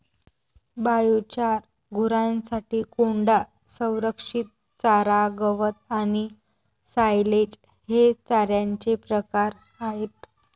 biochar, गुरांसाठी कोंडा, संरक्षित चारा, गवत आणि सायलेज हे चाऱ्याचे प्रकार आहेत